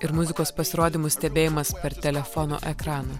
ir muzikos pasirodymų stebėjimas per telefono ekraną